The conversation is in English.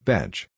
Bench